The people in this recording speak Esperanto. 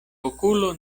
okulo